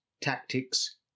tactics